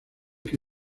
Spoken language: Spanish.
que